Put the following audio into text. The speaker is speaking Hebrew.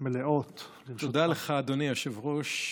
תודה לך, אדוני היושב-ראש.